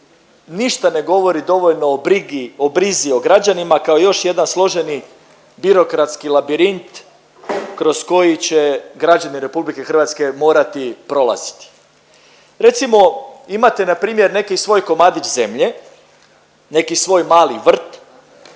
ništa ne govori o dovoljno o brizi o građanima kao još jedan složeni birokratski labirint kroz koji će građani RH morati prolaziti. Recimo imate npr. neki svoj komadić zemlje, neki svoj mali vrt,